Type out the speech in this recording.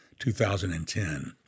2010